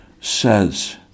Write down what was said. says